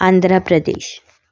Andhra Pradesh